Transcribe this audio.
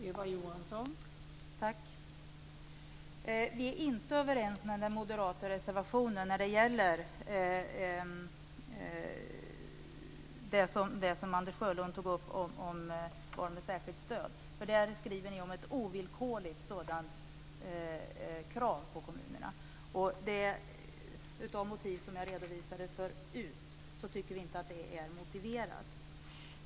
Fru talman! Vi är inte överens när det gäller det som Anders Sjölund tog upp i den moderata reservationen om barn med behov av särskilt stöd. Där skriver ni om ett ovillkorligt sådant krav på kommunerna. Vi tycker inte att det är motiverat. Jag redovisade motiven för detta förut.